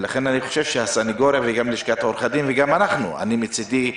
לכן אני חושב שהסנגוריה וגם לשכת עורכי הדין וגם אנחנו אני מצדי,